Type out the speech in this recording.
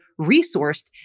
resourced